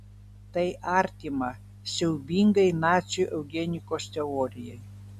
tai artima siaubingai nacių eugenikos teorijai